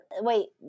Wait